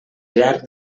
llarg